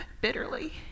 bitterly